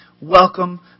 welcome